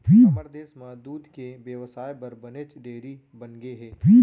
हमर देस म दूद के बेवसाय बर बनेच डेयरी बनगे हे